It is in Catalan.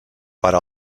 part